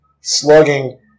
slugging